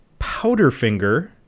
Powderfinger